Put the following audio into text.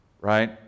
right